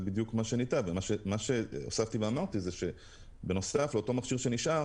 מה שהוספתי ואמרתי זה שבנוסף לאותו מכשיר שנשאר